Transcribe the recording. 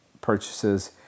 purchases